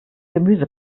gemüse